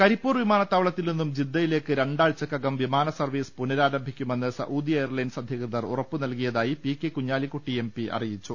കരിപ്പൂർ വിമാനത്താവളത്തിൽ നിന്നും ജിദ്ദയിലേക്ക് രണ്ടാ ഴ്ചക്കകം വിമാന സർവീസ് പുനഃരാരംഭിക്കുമെന്ന് സൌദി എയർലൈൻസ് അധികൃതർ ഉറപ്പു നൽകിയതായി P K Kunhalikutty M P അറിയിച്ചു